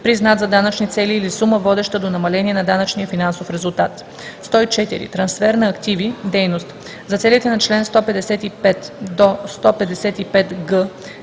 признат за данъчни цели, или сума, водеща до намаление на данъчния финансов резултат. 104. „Трансфер на активи/дейност“ за целите на чл. 155 – 155г